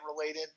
related